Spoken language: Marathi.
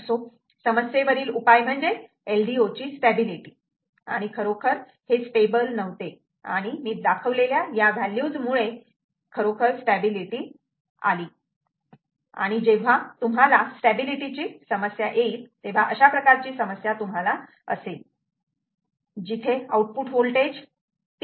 असो समस्येवरील उपाय म्हणजे LDO ची स्टॅबिलिटी आणि खरोखर हे स्टेबल नव्हते आणि मी दाखवलेल्या या व्हॅल्यूज मुळे खरोखर स्टॅबिलिटी आली आणि जेव्हा तुम्हाला स्टॅबिलिटीची समस्या येईल अशा प्रकारची समस्या तुम्हाला असेल जिथे आउटपुट होल्टेज 3